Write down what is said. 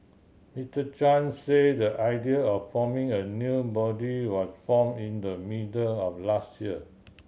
Mister Chan say the idea of forming a new body was form in the middle of last year